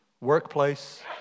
workplace